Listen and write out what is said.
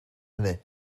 hynny